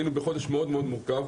היינו בחודש מאוד מורכב.